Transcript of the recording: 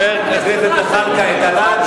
חבר הכנסת זחאלקה, תודה.